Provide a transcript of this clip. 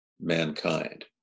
mankind